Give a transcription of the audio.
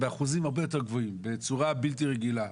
באחוזים הרבה יותר גבוהים, בצורה בלתי רגילה.